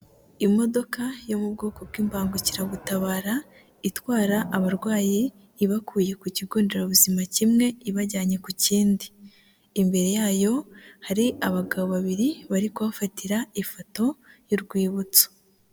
Imodoka yo mu bwoko bw'imbangukiragutabara itwara abarwayi ibakuye ku kigo nderabuzima kimwe ibajyanye ku kindi, imbere yayo hari abagabo babiri bari kubafatira ifoto y'urwibutso.